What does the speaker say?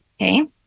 Okay